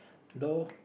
no